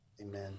Amen